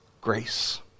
Grace